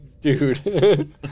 dude